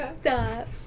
Stop